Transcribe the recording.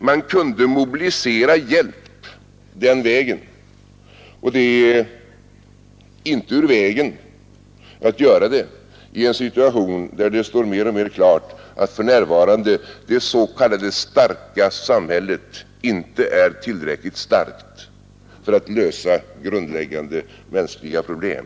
Man kunde mobilisera hjälp efter den linjen, och det är inte ur vägen att göra så i en situation, där det står mer och mer klart att det s.k. starka samhället för närvarande inte är tillräckligt starkt för att lösa grundläggande mänskliga problem.